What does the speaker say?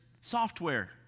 software